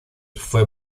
fue